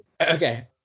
Okay